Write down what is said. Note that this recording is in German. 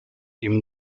ihm